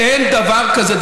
אין דבר כזה,